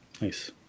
Nice